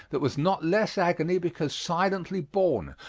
that was not less agony because silently borne,